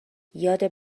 یاد